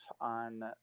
on